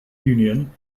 union